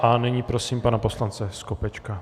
A nyní prosím pana poslance Skopečka.